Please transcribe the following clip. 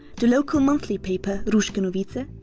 the local monthly paper ruske and but